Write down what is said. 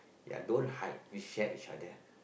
ya don't hide we share each other